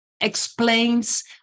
explains